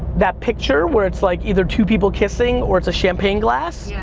that picture, where it's, like, either two people kissing, or it's a champagne glass. yeah